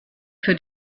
für